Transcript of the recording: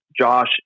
Josh